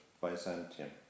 Byzantium